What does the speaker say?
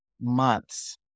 months